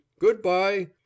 good-bye